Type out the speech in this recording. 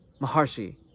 Maharshi